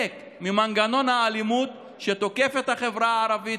ממנגנון האלימות שתוקף את החברה הערבית,